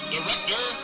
Director